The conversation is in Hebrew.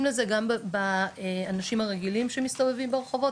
לזה גם באנשים הרגילים שמסתובבים ברחובות,